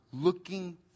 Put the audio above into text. looking